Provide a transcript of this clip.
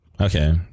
Okay